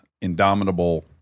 indomitable